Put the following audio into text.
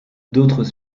d’autres